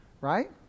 right